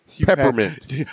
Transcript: peppermint